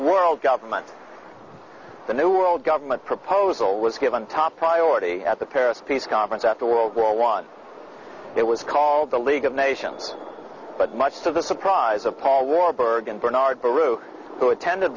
world government the new world government proposal was given top priority at the paris peace conference after world war one it was called the league of nations but much to the surprise of paul warburg and bernard baruch who attend